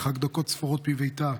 במרחק דקות ספורות מביתה,